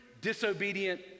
disobedient